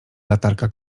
latarka